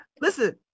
listen